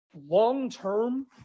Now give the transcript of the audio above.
long-term